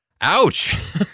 Ouch